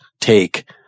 take